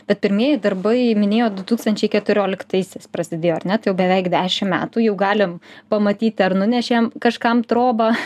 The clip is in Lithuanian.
bet pirmieji darbai minėjot du tūkstančiai keturioliktaisiais prasidėjo ar ne tai jau beveik dešim metų jau galim pamatyt ar nunešė kažkam trobą